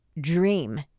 dream